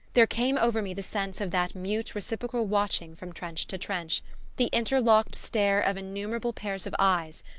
there came over me the sense of that mute reciprocal watching from trench to trench the interlocked stare of innumerable pairs of eyes,